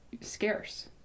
scarce